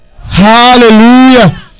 Hallelujah